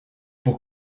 pour